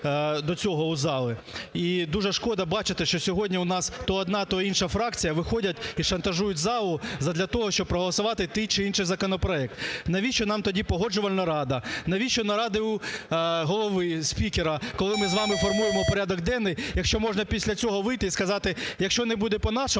до цього у зали. І дуже шкода бачити, що сьогодні у нас то одна, то інша фракція виходять і шантажують залу задля того, щоб проголосувати той чи інший законопроект. Навіщо нам Погоджувальна рада? Навіщо наради у Голови, спікера, коли ми з вами формуємо порядок денний, якщо можна після цього вийти і сказати: "Якщо не буде по-нашому,